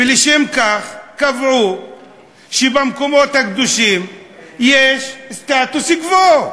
ולשם כך קבעו שבמקומות הקדושים יש סטטוס-קוו.